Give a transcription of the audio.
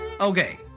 Okay